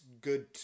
good